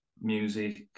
music